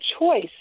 choice